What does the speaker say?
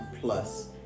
Plus